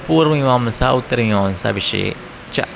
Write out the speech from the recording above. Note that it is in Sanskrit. पूर्वमीमांसा उत्तरमीमांसा विषये च